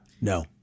No